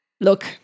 Look